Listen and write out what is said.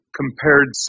compared